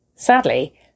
Sadly